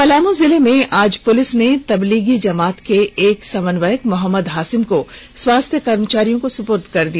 पलामू जिले में आज पुलिस ने तब्लीगी जमात के एक समन्वयक मोहम्मद हासिम को स्वास्थ्य कर्मचारियों को सुपुर्द कर दिया